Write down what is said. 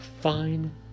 fine